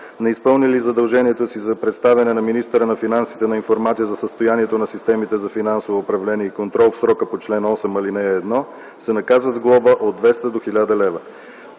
неизпълнили задължението си за представяне на министъра на финансите на информация за състоянието на системите за финансово управление и контрол в срока по чл. 8, ал. 1, се наказват с глоба от 200 до 1000 лв.